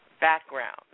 background